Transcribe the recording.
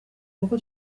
kuko